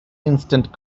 instant